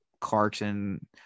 Clarkson